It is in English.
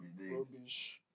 rubbish